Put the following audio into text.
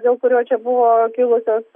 dėl kurio čia buvo kilusios